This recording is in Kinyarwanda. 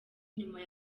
nyuma